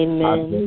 Amen